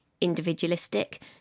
individualistic